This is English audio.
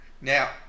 Now